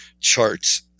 charts